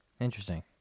interesting